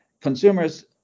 consumers